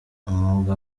umwuga